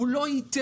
הוא לא ייתן,